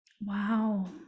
Wow